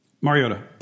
Mariota